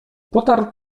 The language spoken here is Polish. potarł